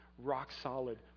rock-solid